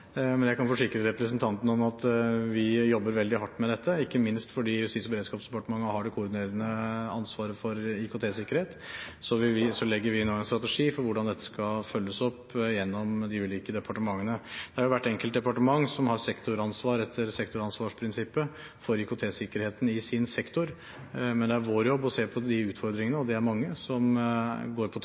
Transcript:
Men jeg kan forsikre representanten om at vi jobber veldig hardt med dette, ikke minst fordi Justis- og beredskapsdepartementet har det koordinerende ansvaret for IKT-sikkerhet. Vi legger nå en strategi for hvordan dette skal følges opp gjennom de ulike departementene. Det er hvert enkelt departement som har sektoransvar – etter sektoransvarsprinsippet – for IKT-sikkerheten i sin sektor, men det er vår jobb å se på de utfordringene – og de er mange – som går på